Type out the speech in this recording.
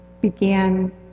began